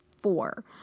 four